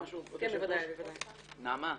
נעמה,